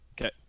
Okay